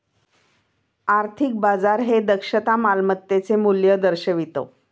आर्थिक बाजार हे दक्षता मालमत्तेचे मूल्य दर्शवितं